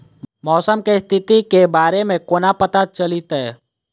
मौसम केँ स्थिति केँ बारे मे कोना पत्ता चलितै?